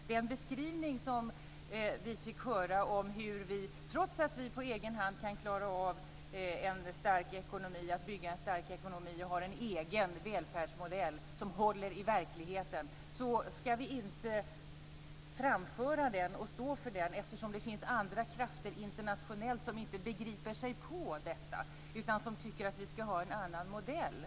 Den beskrivning som vi fick höra av att vi, trots att vi på egen hand kan klara av att bygga en stark ekonomi och har en egen välfärdsmodell som håller i verkligheten, inte ska framföra och stå för denna eftersom det finns andra krafter internationellt som inte begriper sig på detta utan tycker att vi ska ha en annan modell.